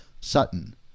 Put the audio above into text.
Sutton